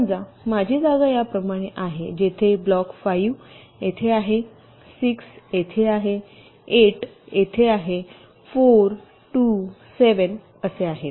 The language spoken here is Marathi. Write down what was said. समजा माझी जागा या प्रमाणे आहे जेथे ब्लॉक 5 येथे आहे 6 येथे आहे 8 येथे आहे 4 2 7 असे आहे